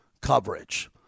coverage